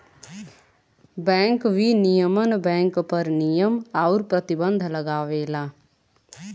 bank विनियमन bank पर नियम आउर प्रतिबंध लगावला